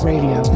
Radio